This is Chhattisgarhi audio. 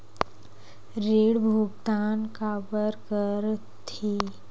ऋण भुक्तान काबर कर थे?